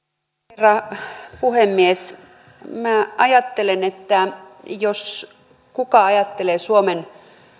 herra puhemies minä ajattelen että jos kuka ajattelee suomen